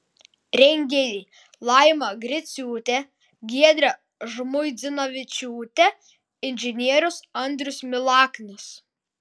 rengėjai laima griciūtė giedrė žmuidzinavičiūtė inžinierius andrius milaknis